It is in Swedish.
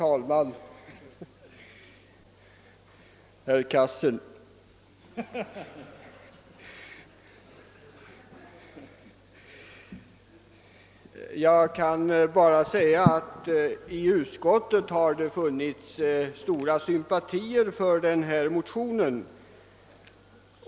Herr talman! Jag kan bara säga att det i utskottet har funnits stora sympatier för motionen.